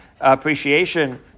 appreciation